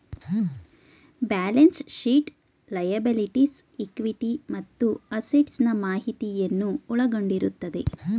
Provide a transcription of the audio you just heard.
balance sheet liabilities, equity ಮತ್ತು assets ನಾ ಮಾಹಿತಿಯನ್ನು ಒಳಗೊಂಡಿರುತ್ತದೆ